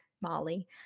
Molly